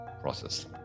process